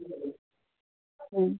आ